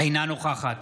אינה נוכחת